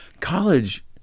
College